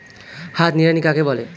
হাত নিড়ানি কাকে বলে?